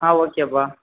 ஆ ஓகேபா